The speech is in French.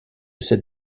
cette